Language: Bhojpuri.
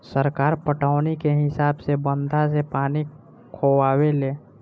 सरकार पटौनी के हिसाब से बंधा से पानी खोलावे ले